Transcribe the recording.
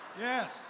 Yes